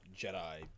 Jedi